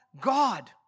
God